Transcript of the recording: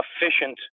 efficient